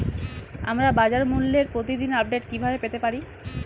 আমরা বাজারমূল্যের প্রতিদিন আপডেট কিভাবে পেতে পারি?